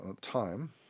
time